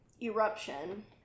eruption